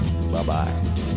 Bye-bye